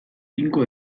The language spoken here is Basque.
tinko